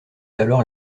alors